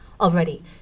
already